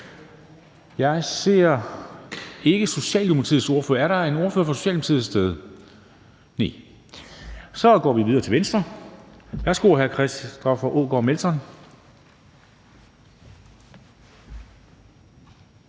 ordfører fra Socialdemokratiet – er der en ordfører fra Socialdemokratiet et sted? Næh. Så går vi videre til Venstre. Værsgo til hr. Christoffer Aagaard Melson.